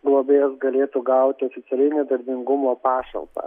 globėjas galėtų gauti nedarbingumo pašalpą